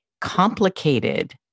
complicated